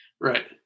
Right